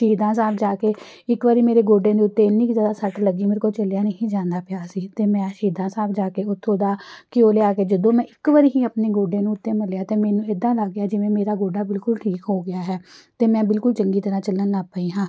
ਸ਼ਹੀਦਾਂ ਸਾਹਿਬ ਜਾ ਕੇ ਇੱਕ ਵਾਰੀ ਮੇਰੇ ਗੋਡੇ ਦੇ ਉੱਤੇ ਇੰਨੀ ਕੁ ਜ਼ਿਆਦਾ ਸੱਟ ਲੱਗੀ ਮੇਰੇ ਕੋਲ ਚੱਲਿਆ ਨਹੀਂ ਜਾਂਦਾ ਪਿਆ ਸੀ ਤਾਂ ਮੈਂ ਸ਼ਹੀਦਾਂ ਸਾਹਿਬ ਜਾ ਕੇ ਉੱਥੋਂ ਦਾ ਘਿਓ ਲਿਆ ਕੇ ਜਦੋਂ ਮੈਂ ਇੱਕ ਵਾਰੀ ਹੀ ਆਪਣੇ ਗੋਡੇ ਨੂੰ 'ਤੇ ਮਲਿਆ ਅਤੇ ਮੈਨੂੰ ਇੱਦਾਂ ਲੱਗ ਗਿਆ ਜਿਵੇਂ ਮੇਰਾ ਗੋਡਾ ਬਿਲਕੁਲ ਠੀਕ ਹੋ ਗਿਆ ਹੈ ਅਤੇ ਮੈਂ ਬਿਲਕੁਲ ਚੰਗੀ ਤਰ੍ਹਾਂ ਚੱਲਣ ਲੱਗ ਪਈ ਹਾਂ